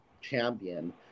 champion